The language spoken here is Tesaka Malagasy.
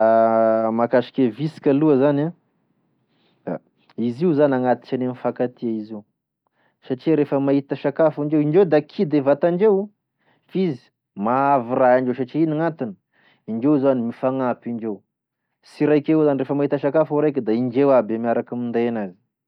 Raha mahakasiky e visiky aloa zany en, izy io zany agnatisany e mifankatia izy io satria refa mahita sakafo indreo, indreo da kidy e vatandreo f'izy mahavy raha indreo satria ino gn'antony indreo zany mifagnampy indreo sy raiky evao raha mahita sakafo e raiky da indreo aby e miaraky minday enazy.